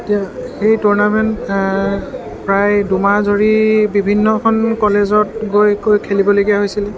তেতিয়া সেই টুৰ্ণামেণ্ট প্ৰায় দুমাহ ধৰি বিভিন্নখন কলেজত গৈ গৈ খেলিবলগীয়া হৈছিলে